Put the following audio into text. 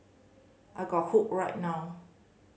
I got hooked right now